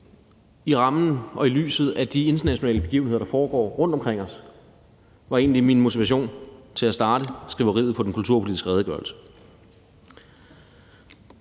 har gjort. I lyset af de internationale begivenheder, der foregår rundt omkring os, var det egentlig den erkendelse, der var min motivation til at starte skriveriet på den kulturpolitiske redegørelse.